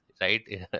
right